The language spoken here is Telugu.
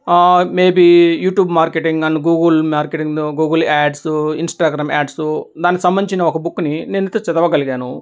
maybe YouTube marketing and Google marketing and Google ads Instagram ads దాని సంబంచిన ఒక బుక్కుని నేను అయితే చదవగలిగాను